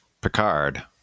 Picard